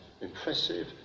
impressive